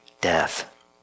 death